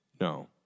No